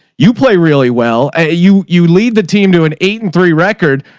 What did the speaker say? you play really well. ah you, you leave the team to an eight and three record,